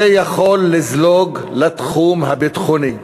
זה יכול לזלוג לתחום הביטחוני.